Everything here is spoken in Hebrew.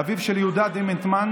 אביו של יהודה דימנטמן,